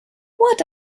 what